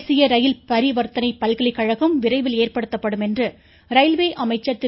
தேசிய ரயில் பரிவர்த்தனை பல்கலைகழகம் விரைவில் ஏற்படுத்தப்படும் என்று ரயில்வே அமைச்சர் திரு